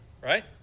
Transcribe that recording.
right